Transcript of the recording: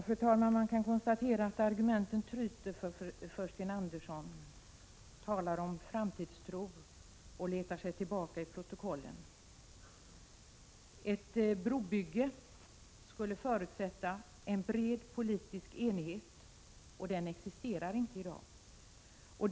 Fru talman! Man kan konstatera att argumenten tryter för Sten Andersson i Malmö. Han talar om framtidstro och letar sig tillbaka i protokollen. 49 Ett brobygge skulle förutsätta en bred politisk enighet, och den existerar 25 november 1987 inte i dag.